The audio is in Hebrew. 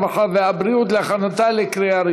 הרווחה והבריאות נתקבלה.